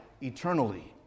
eternally